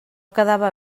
quedava